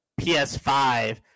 PS5